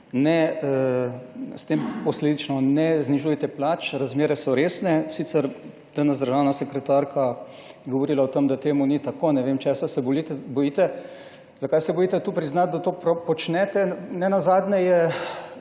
ne znižujete plač, razmere so resne. Sicer danes državna sekretarka je govorila o tem, da temu ni tako. Ne vem česa se bojite. Zakaj se bojite tu priznati, da to počnete, nenazadnje je